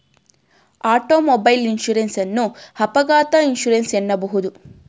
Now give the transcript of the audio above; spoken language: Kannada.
ಆಟೋಮೊಬೈಲ್ ಇನ್ಸೂರೆನ್ಸ್ ಅನ್ನು ಅಪಘಾತ ಇನ್ಸೂರೆನ್ಸ್ ಎನ್ನಬಹುದು